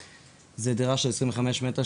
זו דירה של 25 מ"ר,